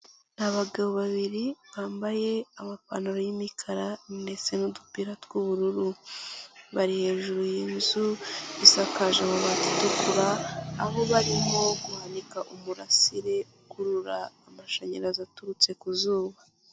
Abagabo babiri bambaye amapantaro y'imikara ndetse n'udupira tw'ubururu bari hejuru y'inzu isakaje mubati itukura aho barimo guhanika umurasire ukurura amashanyarazi aturutse ku zuba.